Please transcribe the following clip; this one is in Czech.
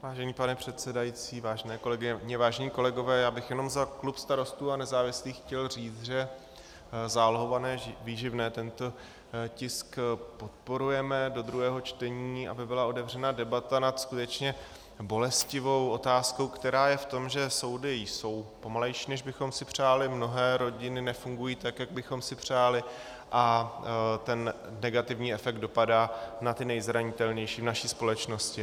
Vážený pane předsedající, vážené kolegyně, vážení kolegové, já bych jenom za klub Starostů a nezávislých chtěl říct, že zálohované výživné, tento tisk, podporujeme do druhého čtení, aby byla otevřena debata nad skutečně bolestivou otázkou, která je v tom, že soudy jsou pomalejší, než bychom si přáli, mnohé rodiny nefungují tak, jak bychom si přáli, a ten negativní efekt dopadá na ty nejzranitelnější v naší společnosti.